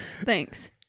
Thanks